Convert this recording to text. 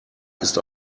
ist